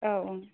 औ